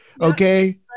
Okay